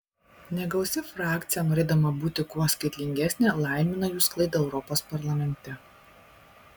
negausi frakcija norėdama būti kuo skaitlingesnė laimina jų sklaidą europos parlamente